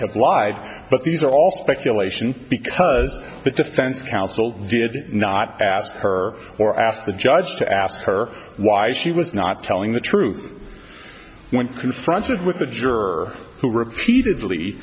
have lied but these are all speculation because the defense counsel did not ask her or ask the judge to ask her why she was not telling the truth when confronted with a juror who repeatedly